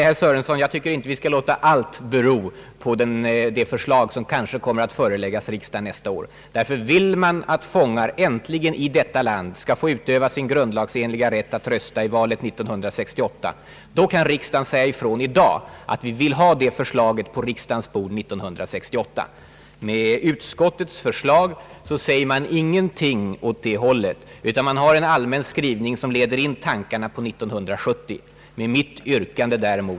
Herr talman! Jag tycker att svårigheter vid en reform inte skall förhindra en annan angelägen reform.